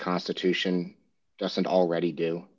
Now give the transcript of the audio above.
constitution doesn't already